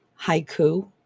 Haiku